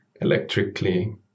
electrically